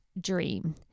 dream